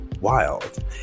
wild